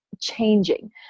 changing